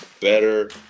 better